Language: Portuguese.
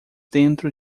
dentro